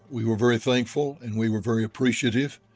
we were very thankful, and we were very appreciative.